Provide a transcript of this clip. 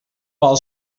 vol